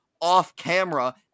off-camera